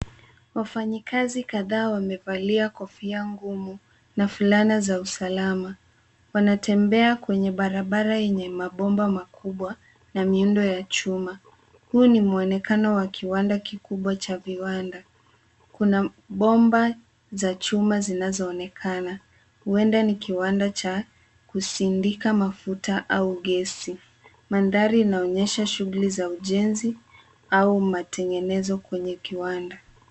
Wafanyikazi kadhaa wamevalia kofia ngumu na fulana za usalama. Wanatembea kwenye barabara yenye mabomba makubwa na miundo ya chuma. Huu ni muonekano wa kiwanda kikubwa cha viwanda. Kuna bomba za chuma zinazoonekana. Huenda ni kiwanda cha kusindika mafuta au gesi. Manthari inaonyesha shughuli za ujenzi au matengenezo kwenye kiwanda.